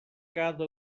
cada